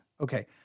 Okay